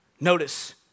Notice